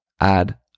add